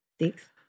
six